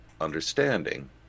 understanding